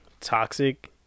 toxic